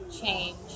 change